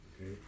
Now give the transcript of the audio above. okay